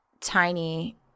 tiny